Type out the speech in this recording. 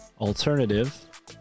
alternative